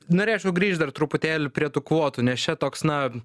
norėčiau grįžt dar truputėlį prie tų kvotų nes čia toks na